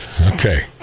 Okay